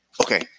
Okay